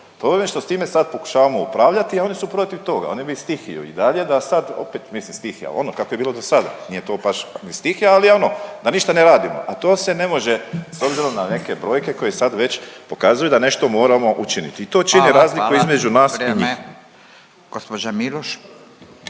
To vam je što s time sad pokušavamo upravljati, a oni su protiv toga, oni bi stihiju i dalje da sad opet, mislim stihija ono kako je bilo do sada nije to baš ni stihija, ali ono da ništa ne radimo a to se ne može s obzirom na neke brojke koje sad već pokazuju da nešto moramo učiniti. …/Upadica Radin: Hvala. Hvala./… I to čini razliku